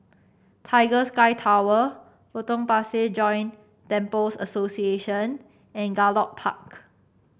Tiger Sky Tower Potong Pasir Joint Temples Association and Gallop Park